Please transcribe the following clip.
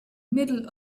middle